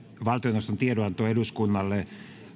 valtioneuvoston tiedonanto eduskunnalle